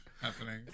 happening